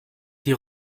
die